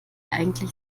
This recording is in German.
eigentlich